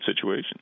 situation